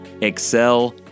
excel